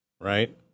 right